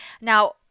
Now